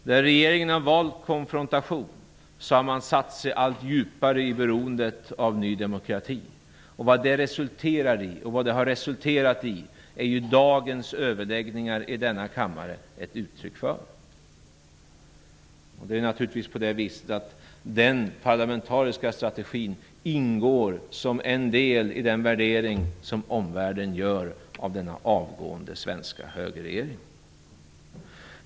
Där regeringen har valt konfrontation har man satt sig allt djupare i beroendet av Ny demokrati. Vad det har resulterat i är dagens överläggningar här i kammaren ett uttryck för. Den parlamentariska strategin ingår naturligtvis som en del i den värdering som omvärlden gör av denna avgående svenska högerregering.